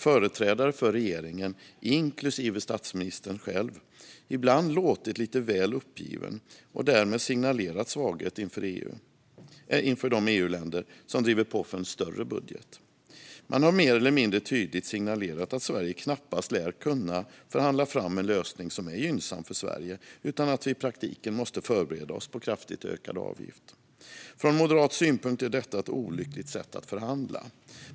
Företrädare för regeringen, inklusive statsministern själv, har ibland låtit lite väl uppgivna och därmed signalerat svaghet inför de EU-länder som driver på för en större budget. Man har mer eller mindre tydligt signalerat att Sverige knappast lär kunna förhandla fram en lösning som är gynnsam för Sverige, utan att vi i praktiken måste förbereda oss på kraftigt höjd avgift. Ur moderat synvinkel är det ett olyckligt sätt att förhandla.